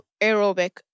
aerobic